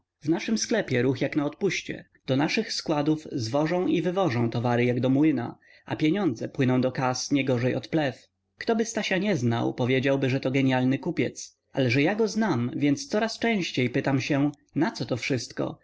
w naszym sklepie ruch jak na odpuście do naszych składów zwożą i wywożą towary jak do młyna a pieniądze płyną do kas niegorzej od plew ktoby stasia nie znał powiedziałby że to gienialny kupiec ale że ja go znam więc coraz częściej pytam się naco to wszystko